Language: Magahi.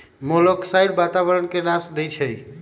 मोलॉक्साइड्स वातावरण के नाश देई छइ